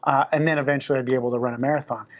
and then eventually i'd be able to run a marathon.